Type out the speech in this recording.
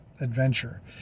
adventure